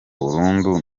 burundu